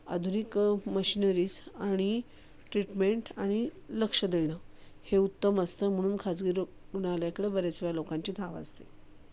आधुनिक मशिनरीज आणि ट्रीटमेंट आणि लक्ष देणं हे उत्तम असतं म्हणून खाजगी रुग्णालयाकडे बऱ्याच वेळा लोकांची धाव असते